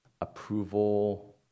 approval